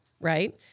right